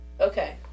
Okay